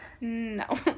No